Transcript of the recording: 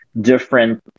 different